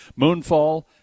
Moonfall